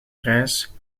grijs